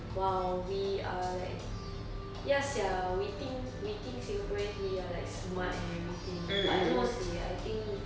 !wow! we are like ya sia we think we think singaporeans we're like smart and everything but no seh I think